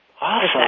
Awesome